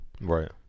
Right